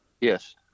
Yes